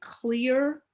clear